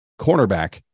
cornerback